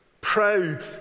Proud